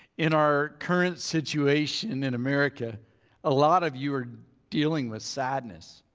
in our current situation in america a lot of you are dealing with sadness.